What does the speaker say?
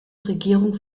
regierung